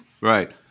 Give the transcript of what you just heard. Right